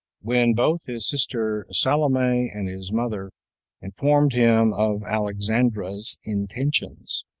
when both his sister salome and his mother informed him of alexandra's intentions.